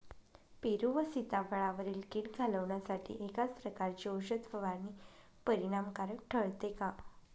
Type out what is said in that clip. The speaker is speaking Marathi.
पेरू व सीताफळावरील कीड घालवण्यासाठी एकाच प्रकारची औषध फवारणी परिणामकारक ठरते का?